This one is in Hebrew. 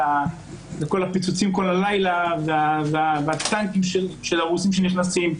כל הפיצוצים כל הלילה והטנקים של הרוסים שנכנסים,